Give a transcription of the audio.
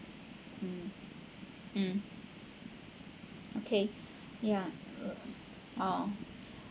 mm okay yeah ah